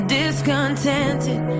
discontented